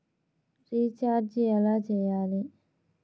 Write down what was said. Recharge ఎలా చెయ్యాలి?